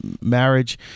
marriage